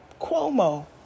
Cuomo